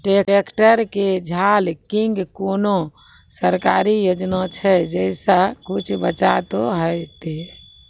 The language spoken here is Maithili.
ट्रैक्टर के झाल किंग कोनो सरकारी योजना छ जैसा कुछ बचा तो है ते?